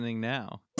now